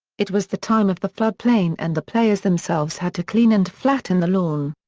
it was the time of the floodplain and the players themselves had to clean and flatten the lawn.